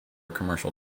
commercial